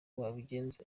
wabigenza